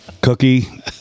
Cookie